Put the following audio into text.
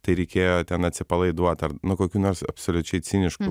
tai reikėjo ten atsipalaiduot ar nu kokių nors absoliučiai ciniškų